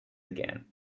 again